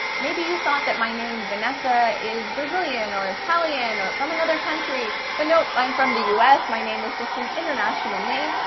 maybe you thought that my name, vanessa, is brazilian, or italian, or from another country. but nope, i'm from the us. my name is just an international name.